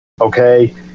okay